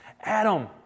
Adam